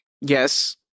Yes